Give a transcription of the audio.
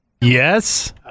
Yes